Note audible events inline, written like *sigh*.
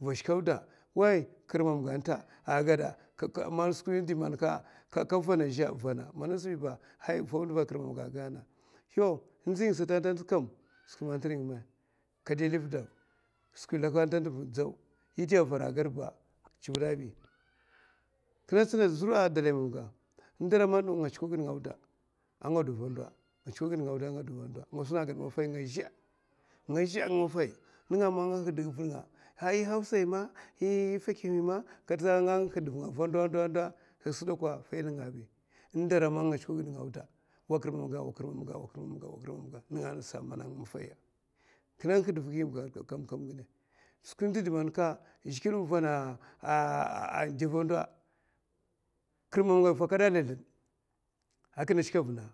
Va shikè auda way kirmamga anta nga aman skwi man kavana azhè vana, ay fau ndav a kirmamga aka gaina yau ndzi nga atanta skwi ya mè antè riy nga mè? Skwi laka antanta ba dzau, sum n'dè avara azuɓi kinè tsina zura dalay mamga? Ndara man nga tsuko giè nga auda anga do ava ndo anga gaèa nga zhè anga maffay a yè hausa'hi ma yè fèkimè ma *hesitation* kat sè kam faida nènga'a azɓi, n'dara man nga tsuko ngièè nga auda wa kirmamga wa kirmamga nènga angasa amana nganga a nga maffa, kinè nguh dè va kinè auda ɓi skwi di man zhigilè vana n'dè va a ndo ava fakaèa a zlazlaè akinè shikè avuna